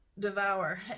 devour